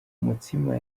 umutsima